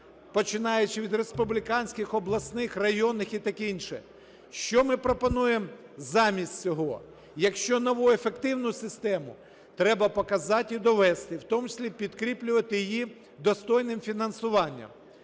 починаючи від республіканських, обласних, районних і таке інше, що ми пропонуємо замість цього? Якщо нову ефективну систему – треба показати і довести, в тому числі підкріплювати її достойним фінансуванням,